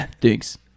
Thanks